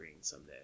someday